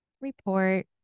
report